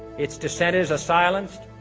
its dissenters are silenced,